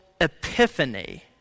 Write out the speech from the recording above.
Epiphany